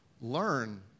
learn